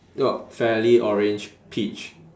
fairly orange peach